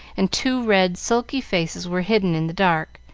and two red sulky faces were hidden in the dark,